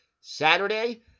Saturday